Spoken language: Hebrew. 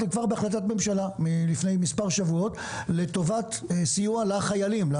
כבר בהחלטת ממשלה מלפני מספר שבועות לטובת סיוע לחיילים,